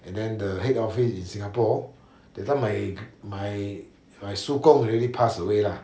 and then the head office in singapore that time my my my 叔公 already passed away lah